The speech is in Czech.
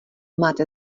máte